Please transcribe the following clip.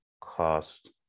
cost